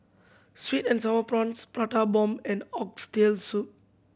sweet and Sour Prawns Prata Bomb and Oxtail Soup